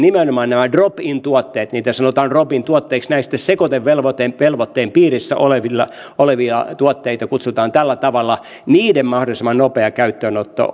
nimenomaan näiden drop in tuotteiden niitä sanotaan drop in tuotteiksi näitä sekoitevelvoitteen piirissä olevia tuotteita kutsutaan tällä tavalla mahdollisimman nopea käyttöönotto